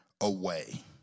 away